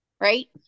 right